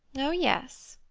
oh yes,